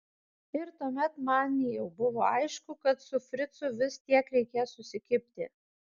ir tuomet man jau buvo aišku kad su fricu vis tiek reikės susikibti